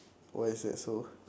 why is that so